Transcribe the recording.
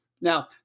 Now